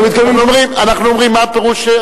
אנחנו אומרים: מה פירוש?